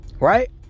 Right